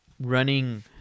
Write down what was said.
running